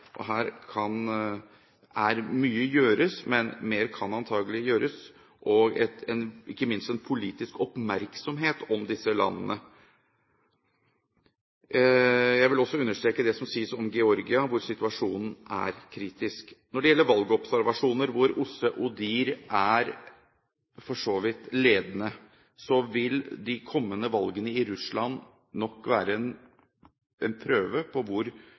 Mye gjøres, men mer kan antakelig gjøres, ikke minst det å ha en politisk oppmerksomhet om disse landene. Jeg vil også understreke det som sies om Georgia, hvor situasjonen er kritisk. Når det gjelder valgobservasjoner, hvor OSSE og ODIHR for så vidt er ledende, vil de kommende valgene i Russland nok være en prøve på hvor